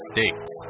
States